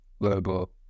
global